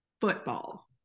football